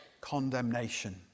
Condemnation